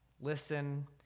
listen